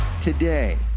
today